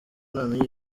ntamenya